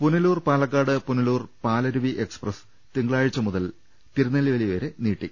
Punalur Palakkad Punalur Palaruvi express തിങ്കളാഴ്ച മുതൽ തിരുനെൽവേലി വരെ നീട്ടി